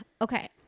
Okay